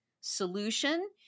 solution